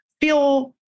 feel